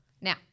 Now